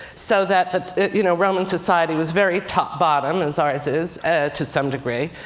so that that you know roman society was very top bottom, as ours is to some degree.